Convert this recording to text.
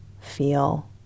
feel